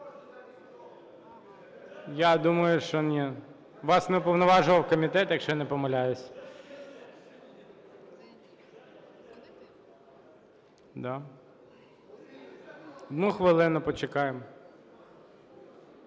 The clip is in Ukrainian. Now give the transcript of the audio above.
Я думаю, що ні, вас не уповноважував комітет, якщо я не помиляюсь. Да. Одну хвилину почекаємо.